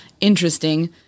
interesting